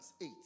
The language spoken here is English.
Eight